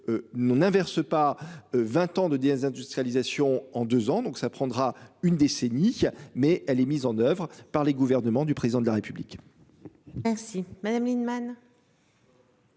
n'inverse pas 20 ans de désindustrialisation. En 2 ans donc ça prendra une décennie. Mais elle est mise en oeuvre par les gouvernements du président de la République. Merci Madame Lienemann.